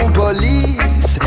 police